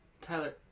Tyler